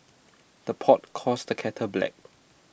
the pot calls the kettle black